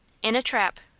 in a trap.